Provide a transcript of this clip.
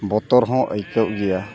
ᱵᱚᱛᱚᱨ ᱦᱚᱸ ᱟᱹᱭᱠᱟᱹᱜ ᱜᱮᱭᱟ